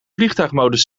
vliegtuigmodus